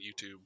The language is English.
YouTube